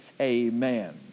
Amen